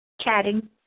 chatting